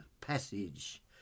passage